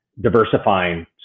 diversifying